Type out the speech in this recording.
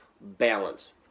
Balance